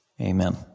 Amen